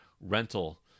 rental